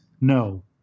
No